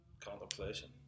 contemplation